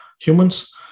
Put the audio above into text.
humans